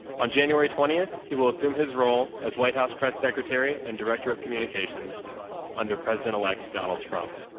on january twenty, he will assume his role as white house press secretary and director of communications under president-elect donald trump.